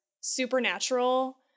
supernatural